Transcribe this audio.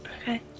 Okay